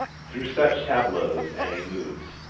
through such tableaus ani moves.